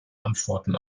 antworten